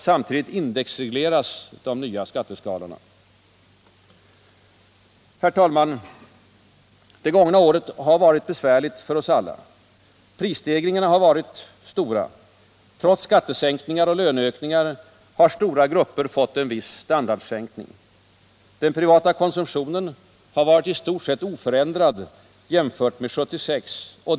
Samtidigt indexregleras de nya skatteskalorna. Herr talman! Det gångna året har varit besvärligt för oss alla. Prisstegringarna har varit stora. Trots skattesänkningar och löneökningar har stora grupper fått en viss standardförsämring. Den privata konsumtionen har varit i stort sett oförändrad jämfört med 1976.